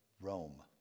Rome